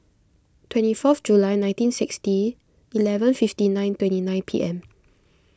twenty fourth July nineteen sixty eleven fifty nine twenty nine P M